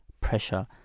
pressure